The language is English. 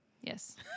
Yes